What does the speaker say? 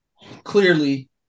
Clearly